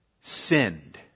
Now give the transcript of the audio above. sinned